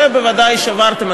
בוודאי שברתם.